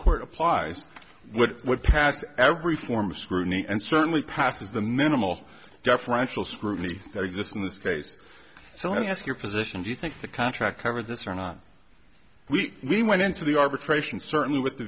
court applies what would pass every form of scrutiny and certainly passes the minimal deferential scrutiny that exists in this case so when i ask your position do you think the contract covered this or not we we went into the arbitration certainly with the